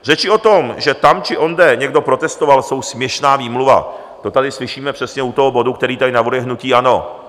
Řeči o tom, že tam či onde někdo protestoval, jsou směšná výmluva, to tady slyšíme přesně u toho bodu, který tady navrhuje hnutí ANO.